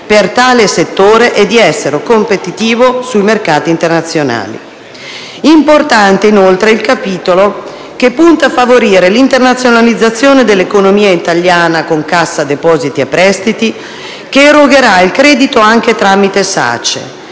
per tale settore e di essere competitivo sui mercati internazionali. Importante è inoltre il capitolo che punta a favorire l'internazionalizzazione dell'economia italiana con Cassa depositi e prestiti, che erogherà il credito anche tramite SACE.